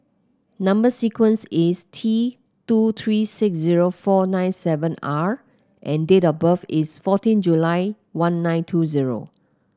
number sequence is T two three six zero four nine seven R and date of birth is fourteen July one nine two zero